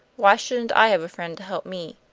why shouldn't i have a friend to help me?